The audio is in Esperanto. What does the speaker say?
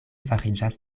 fariĝas